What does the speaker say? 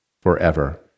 forever